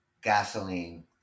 Gasoline